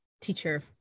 teacher